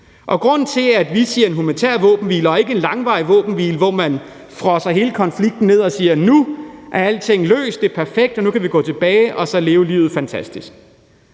det skal være en humanitær våbenhvile og ikke en langvarig våbenhvile, hvor man fryser hele konflikten ned og siger, at nu er alting løst, at det er perfekt, og at vi nu kan gå tilbage og så leve livet fantastisk.